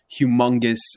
humongous